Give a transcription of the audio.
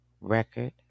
Record